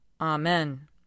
Amen